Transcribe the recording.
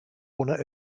corner